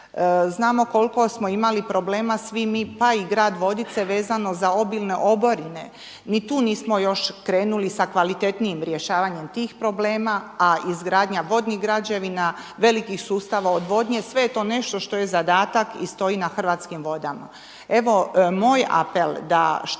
Znamo koliko smo imali problema svi mi pa i grad Vodice vezano za obilne oborine. Ni tu nismo još krenuli s kvalitetnijim rješavanjem tih problema, a izgradnja vodnih građevina, velikih sustava odvodnje, sve je to nešto što je zadatak i stoji na Hrvatskim vodama. Evo, moj apel da što